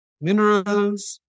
minerals